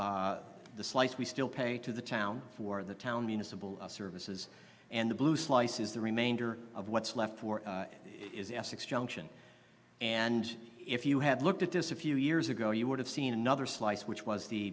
is the slice we still pay to the town for the town municipal services and the blue slices the remainder of what's left for is essex junction and if you had looked at this a few years ago you would have seen another slice which was the